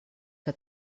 que